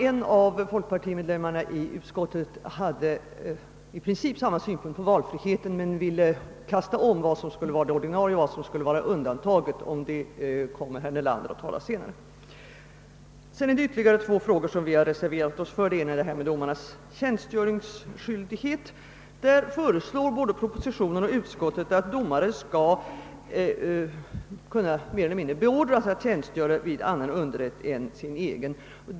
En av folkpartiledamöterna i utskottet hade i princip samma synpunkt på valfriheten, men ville kasta om vad som skulle vara regel och vad som skulle vara undantag. Om det kommer herr Nelander att tala senare. Vidare är det ytterligare två frågor beträffande vilka vi har reserverat oss. Den ena är frågan om domarnas tjänstgöringsskyldighet. Det föreslås både i propositionen och av utskottet att domare skall kunna mer eller mindre beordras att tjänstgöra vid annan underrätt än sin egen.